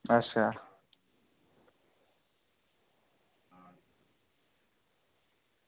अच्छा